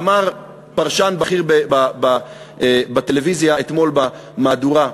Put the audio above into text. אמר פרשן בכיר בטלוויזיה אתמול, במהדורה: